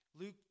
Luke